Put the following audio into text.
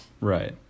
Right